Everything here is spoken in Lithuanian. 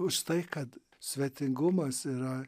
už tai kad svetingumas yra